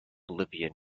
bolivia